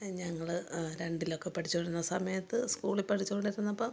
ഞങ്ങള് രണ്ടിലൊക്കെ പഠിച്ചുകൊണ്ടിരുന്ന സമയത്ത് സ്കൂളില് പഠിച്ചുകൊണ്ടിരുന്നപ്പോള്